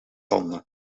tanden